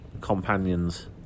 companions